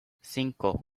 cinco